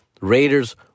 Raiders